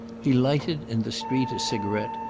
he lighted, in the street, a cigarette,